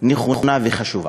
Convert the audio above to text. נכונה וחשובה,